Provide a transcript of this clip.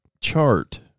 chart